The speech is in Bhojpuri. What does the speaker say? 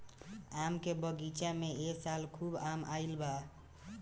आम के बगीचा में ए साल खूब आम आईल बा